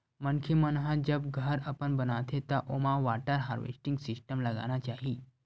मनखे मन ह जब घर अपन बनाथे त ओमा वाटर हारवेस्टिंग सिस्टम लगाना चाही